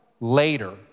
later